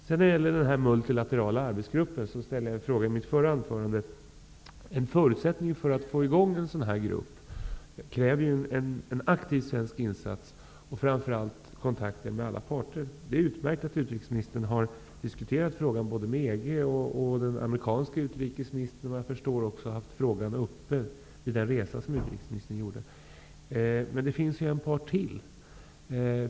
Jag ställde en fråga i mitt förra anförande om den multilaterala arbetsgruppen. För att man skall få i gång en sådan här grupp krävs en aktiv svensk insats, framför allt kontakter med alla parter. Det är utmärkt att utrikesministern har diskuterat frågan både med EG och den amerikanske utrikesministern, och vad jag förstår har utrikesministern också haft frågan uppe vid den resa som hon gjorde. Men det finns ju en part till.